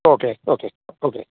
okay okay okay